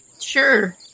Sure